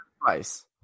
Price